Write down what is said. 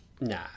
nah